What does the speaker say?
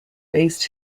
based